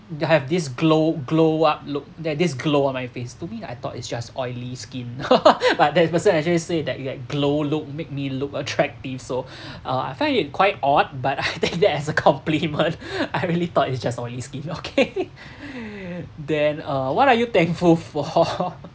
the have this glow glow what look that this glow on my face to me I thought it's just oily skin but that person actually said that you like glow look make me look attractive so uh I find it quite odd but I take that as a compliment I really thought it's just oily skin okay then uh what are you thankful for